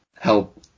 help